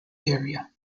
area